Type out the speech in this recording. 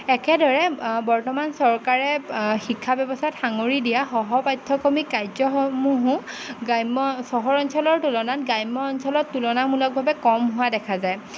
একেদৰে বৰ্তমান চৰকাৰে শিক্ষা ব্যৱস্থাত সাঙুৰি দিয়া সহপাঠ্যক্ৰমিক কাৰ্যসমূহো গ্ৰাম্য চহৰ অঞ্চলৰ তুলনাত গ্ৰাম্য অঞ্চলত তুলনামূলকভাৱে কম হোৱা দেখা যায়